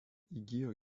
įgijo